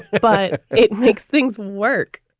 but it makes things work